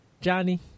Johnny